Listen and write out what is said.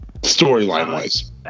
Storyline-wise